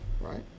right